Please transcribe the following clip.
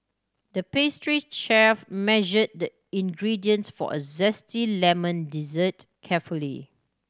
the pastry chef measured the ingredients for a zesty lemon dessert carefully